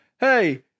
Hey